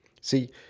see